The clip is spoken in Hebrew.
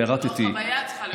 החוויה צריכה להיות אחרת.